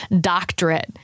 doctorate